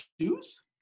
shoes